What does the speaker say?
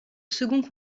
second